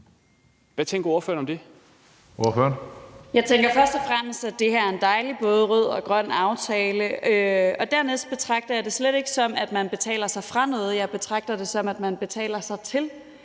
13:43 Sofie Lippert (SF): Jeg tænker først og fremmest, at det her er en dejlig både rød og grøn aftale, og dermed betragter jeg det slet ikke, som at man betaler sig fra noget. Jeg betragter det, som at man betaler sig til